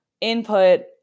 input